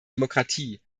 demokratie